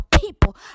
people